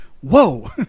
whoa